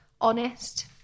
honest